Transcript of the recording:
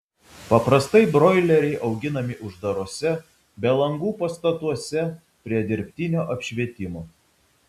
paprastai broileriai auginami uždaruose be langų pastatuose prie dirbtinio apšvietimo